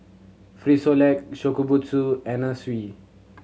Frisolac Shokubutsu Anna Sui